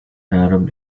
adam